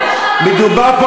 מדובר פה